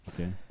Okay